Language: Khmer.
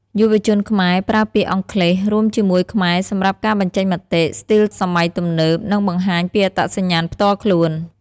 យុវជនខ្មែរប្រើពាក្យអង់គ្លេសរួមជាមួយខ្មែរសម្រាប់ការបញ្ចេញមតិ ស្ទីលសម័យទំនើប និងបង្ហាញពីអត្តសញ្ញាណផ្ទាល់ខ្លួន។